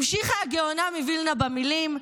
המשיכה הגאונה מווילנא במילים: